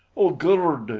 oh, gord!